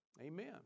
Amen